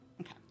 Okay